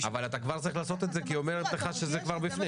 --- אבל אתה כבר צריך לעשות את זה כי היא אומרת לך שזה כבר בפנים.